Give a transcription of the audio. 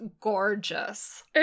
gorgeous